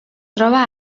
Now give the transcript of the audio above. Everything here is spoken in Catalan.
troba